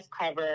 cover